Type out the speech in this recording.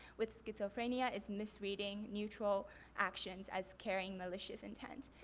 with schizophrenia it's misreading mutual actions as carrying malicious intent.